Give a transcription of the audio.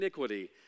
iniquity